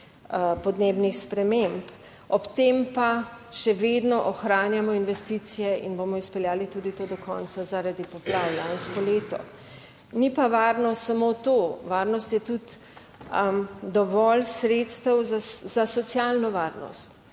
podnebnih sprememb, ob tem pa še vedno ohranjamo investicije, in bomo izpeljali tudi to do konca, zaradi poplav lansko leto. Ni pa varnost samo to, varnost je tudi dovolj sredstev za socialno varnost,